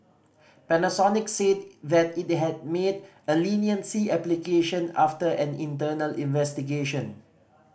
Panasonic said that it made a leniency application after an internal investigation